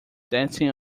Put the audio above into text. dancing